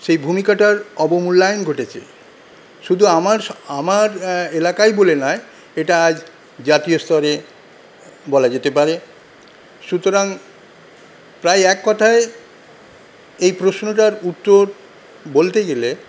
সেই ভূমিকাটার অবমূল্যায়ন ঘটেছে শুধু আমার আমার এলাকায় বলে নয় এটা আজ জাতীয় স্তরে বলা যেতে পারে সুতরাং প্রায় এককথায় এই প্রশ্নটার উত্তর বলতে গেলে